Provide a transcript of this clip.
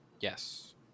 Yes